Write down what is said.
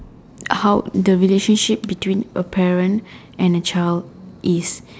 how the relationship between the parents and the child is